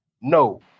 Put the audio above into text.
No